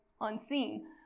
unseen